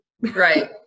Right